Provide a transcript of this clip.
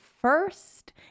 first